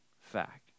fact